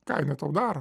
ką jinai tau daro